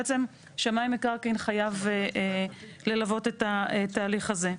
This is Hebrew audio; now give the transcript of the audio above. בעצם שמאי מקרקעין חייב ללוות את התהליך הזה.